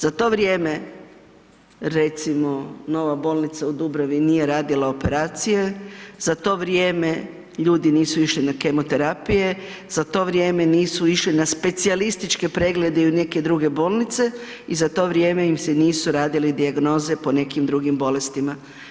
Za to vrijeme recimo nova bolnica u Dubravi nije radila operacije, za to vrijeme ljudi nisu išli na kemoterapije, za to vrijeme nisu išli na specijalističke preglede i u neke druge bolnice i za to vrijeme im se nisu radile dijagnoze po nekim drugim bolestima.